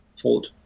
fold